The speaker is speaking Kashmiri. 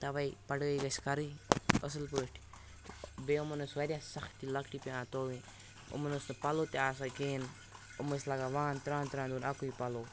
تَوَے پَڑھٲے گَژھِ کَرٕنۍ اَصٕل پٲٹھۍ بیٚیہِ یِمَن ٲس واریاہ سَختی لۅکٹہِ پؠوان تُلٕنۍ یِمَن اوس نہٕ پَلَو تہِ آسان کِہیٖنٛۍ یِم ٲسۍ لاگان وُہَن تَرٛہَن تَرٛہَن دۄہَن اَکُے پلو